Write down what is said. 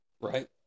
right